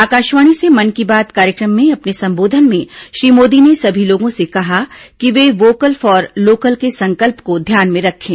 आकाशवाणी से मन की बात कार्यक्रम में अपने संबोधन में श्री मोदी ने सभी लोगों से कहा कि वे वोकल फॉर लोकल के संकल्प को ध्यान में रखें